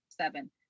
seven